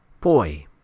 boy